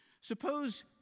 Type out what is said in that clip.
Suppose